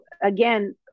again